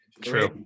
True